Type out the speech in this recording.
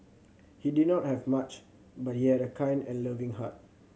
he did not have much but he had a kind and loving heart